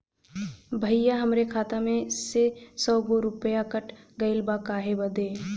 भईया हमरे खाता मे से सौ गो रूपया कट गइल बा काहे बदे?